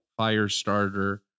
Firestarter